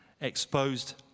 Exposed